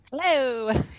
Hello